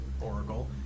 Oracle